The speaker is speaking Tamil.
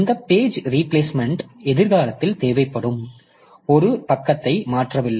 இந்த பேஜ் ரீபிளேஸ்மெண்ட் எதிர்காலத்தில் தேவைப்படும் ஒரு பக்கத்தை மாற்றவில்லை